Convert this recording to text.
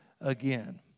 again